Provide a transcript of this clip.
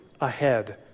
ahead